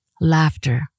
laughter